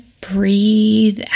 breathe